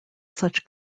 such